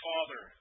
Father